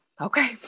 okay